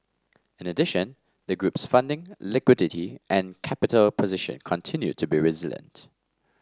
in addition the group's funding liquidity and capital position continued to be resilient